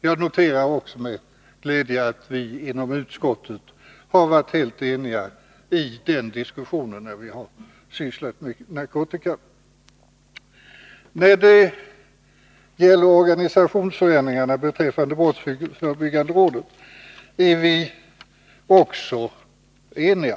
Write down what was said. Jag noterar också med glädje att vi inom utskottet har varit helt eniga i diskussionen när det handlat om narkotika. När det gäller organisationsförändringen beträffande brottsförebyggande rådet är vi också eniga.